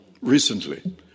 recently